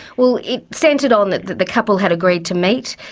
well, it centred on that the couple had agreed to meet.